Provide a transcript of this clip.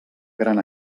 gran